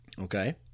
Okay